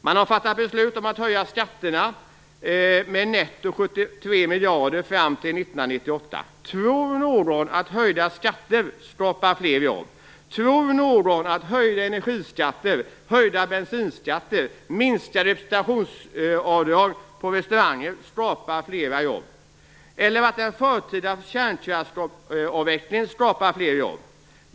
Man har fattat beslut om att höja skatterna med netto 73 miljarder fram till 1998. Tror någon att höjda skatter skapar fler jobb? Tror någon att höjda energiskatter, höjda bensinskatter, minskade representationsavdrag för besök på restauranger skapar fler jobb, eller att en förtida kärnkraftsavveckling skapar fler jobb?